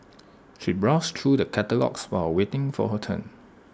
she browsed through the catalogues while waiting for her turn